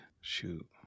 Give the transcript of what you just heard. Shoot